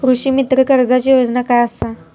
कृषीमित्र कर्जाची योजना काय असा?